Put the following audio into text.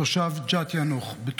תושב יאנוח-ג'ת,